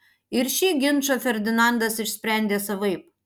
ir šį ginčą ferdinandas išsprendė savaip